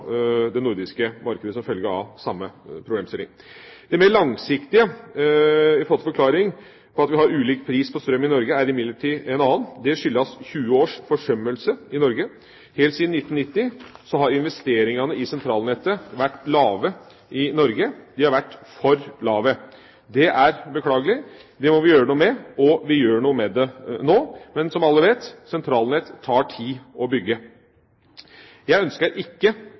det nordiske markedet som følge av samme problemstilling. Den mer langsiktige forklaring på at vi har ulik pris på strøm i Norge, er imidlertid en annen. Det skyldes 20 års forsømmelse i Norge. Helt siden 1990 har investeringene i sentralnettet vært lave i Norge – de har vært for lave. Det er beklagelig, og det må vi gjøre noe med, og vi gjør noe med det nå. Men som alle vet, sentralnett tar tid å bygge. Jeg ønsker ikke